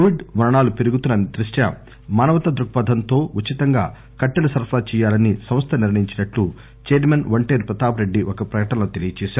Covid మరణాలు పెరుగుతున్న దృష్ట్యా మానవతా దృక్పథంతో ఉచితంగా కట్టెలు సరఫరా చేయాలని సంస్థ నిర్ణయించినట్లు చైర్మన్ ఒంటేరు ప్రతాప్ రెడ్డి ఒక ప్రకటనలో తెలీయజేశారు